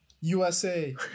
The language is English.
USA